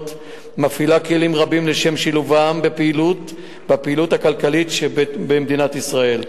ומפעילה כלים רבים לשילובם בפעילות הכלכלית שבמדינת ישראל.